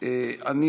אנחנו מסכימים,